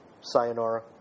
sayonara